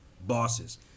bosses